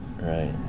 right